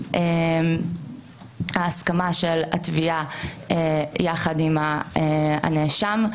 הייתה ההסכמה של התביעה יחד עם הנאשם,